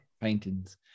paintings